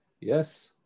Yes